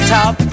top